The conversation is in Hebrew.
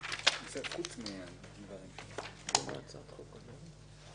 כתוב בחוק סדר הדין